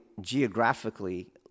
geographically